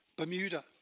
Bermuda